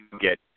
get